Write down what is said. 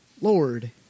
Lord